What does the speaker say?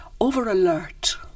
over-alert